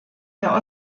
der